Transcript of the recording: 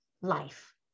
life